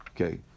Okay